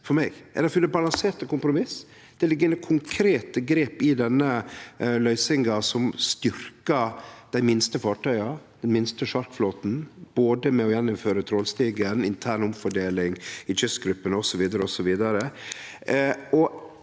har ein funne balanserte kompromiss, og det ligg inne konkrete grep i denne løysinga som styrkjer dei minste fartøya, den minste sjarkflåten, både med å gjeninnføre trålstigen og med intern omfordeling i kystgruppene, osv.